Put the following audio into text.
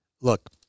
Look